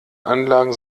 anlagen